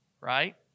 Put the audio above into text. right